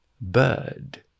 bird